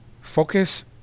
Focus